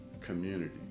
community